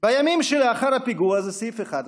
בימים שלאחר הפיגוע, זה סעיף 11,